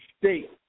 state